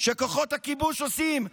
שכוחות הכיבוש עושים,